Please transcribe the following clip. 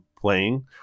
playing